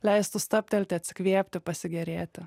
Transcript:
leistų stabtelti atsikvėpti pasigėrėti